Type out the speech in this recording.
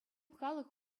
халӑх